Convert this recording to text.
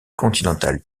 continentale